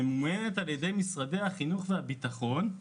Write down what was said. שממומנת על ידי משרד הביטחון ומשרד החינוך.